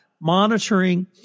monitoring